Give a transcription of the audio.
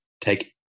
take